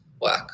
work